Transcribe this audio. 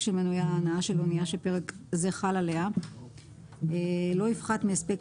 של מנועי ההנעה של אנייה שפרק זה חל עליה לא יפחת מהספק